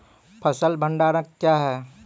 फसल भंडारण क्या हैं?